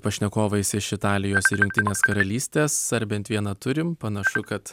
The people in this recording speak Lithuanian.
pašnekovais iš italijos ir jungtinės karalystės ar bent vieną turim panašu kad